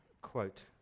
quote